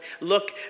look